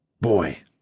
Boy